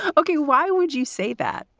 okay. why would you say that?